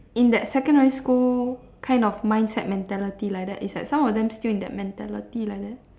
in that secondary school kind of mindset mentality like that is like some of them still in that mentality like that